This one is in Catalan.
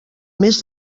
més